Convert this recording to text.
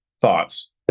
thoughts